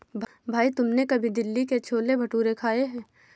भाई तुमने कभी दिल्ली के छोले भटूरे खाए हैं?